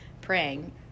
praying